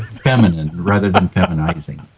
feminine rather than feminizing.